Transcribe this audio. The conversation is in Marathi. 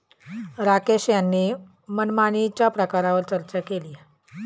राकेश यांनी मनमानीच्या प्रकारांवर चर्चा केली